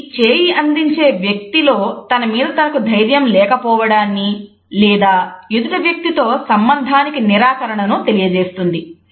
ఇది చేయి అందించే వ్యక్తి లో తనమీద తనకు ధైర్యం లేకపోవడాన్ని లేదా ఎదుటి వ్యక్తితో సంబంధానికి నిరాకరణను తెలియజేస్తుంది